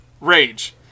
Rage